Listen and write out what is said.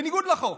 בניגוד לחוק.